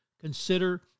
consider